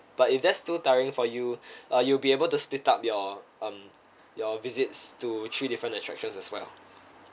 but if that's too tiring for you uh you'll be able to split up your um your visits to three different attractions as well